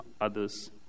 others